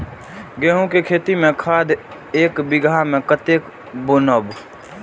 गेंहू के खेती में खाद ऐक बीघा में कते बुनब?